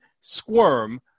Squirm